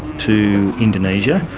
to indonesia.